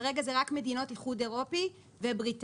כרגע זה רק מדינות איחוד אירופי ובריטניה.